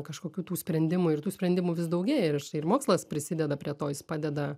kažkokių tų sprendimų ir tų sprendimų vis daugėja ir mokslas prisideda prie to jis padeda